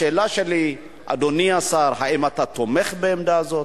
השאלה שלי, אדוני השר: האם אתה תומך בעמדה זו?